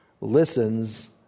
listens